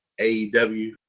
AEW